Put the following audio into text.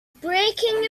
breaking